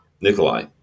Nikolai